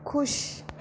خوش